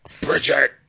Bridget